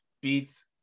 beats